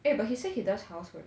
eh but he says he does housework